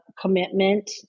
commitment